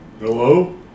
Hello